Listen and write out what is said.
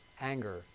anger